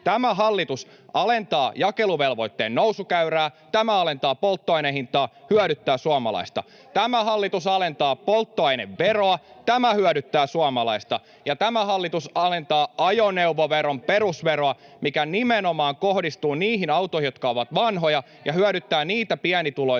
Tämä hallitus alentaa jakeluvelvoitteen nousukäyrää, tämä alentaa polttoaineen hintaa, hyödyttää suomalaista. Tämä hallitus alentaa polttoaineveroa, tämä hyödyttää suomalaista. Ja tämä hallitus alentaa ajoneuvoveron perusveroa, [Antti Kurvinen: Silmänkääntötemppu!] mikä nimenomaan kohdistuu niihin autoihin, jotka ovat vanhoja, ja hyödyttää niitä pienituloisia,